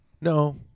No